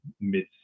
mid